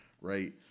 right